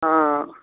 ఆ